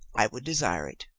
i would desire it.